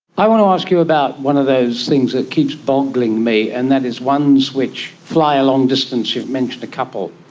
i want to ask you about one of those things that keeps boggling me and that is ones which fly a long distance, you've mentioned a couple.